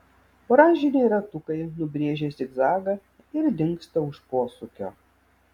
oranžiniai ratukai nubrėžia zigzagą ir dingsta už posūkio